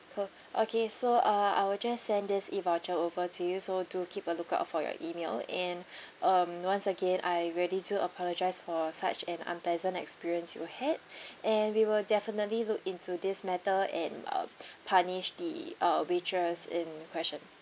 ho~ okay so uh I will just send this E voucher over to you so do keep a lookout for your email and um once again I really do apologise for such an unpleasant experience you had and we will definitely look into this matter and um punish the uh waitress in question